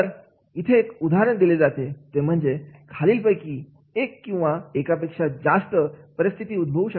तर इथे एक उदाहरण दिले जाते ते म्हणजे खालील पैकी एक किंवा एकापेक्षा जास्त परिस्थिती उद्भवू शकते